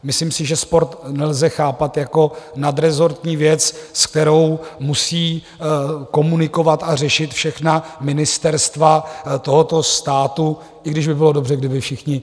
Myslím si, že sport nelze chápat jako nadrezortní věc, s kterou musí komunikovat a řešit všechna ministerstva tohoto státu, i když by bylo dobře, kdyby všichni sportovali.